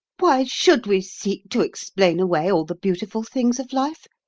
why should we seek to explain away all the beautiful things of life?